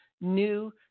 new